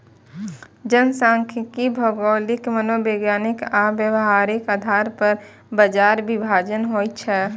जनखांख्यिकी भौगोलिक, मनोवैज्ञानिक आ व्यावहारिक आधार पर बाजार विभाजन होइ छै